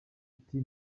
ati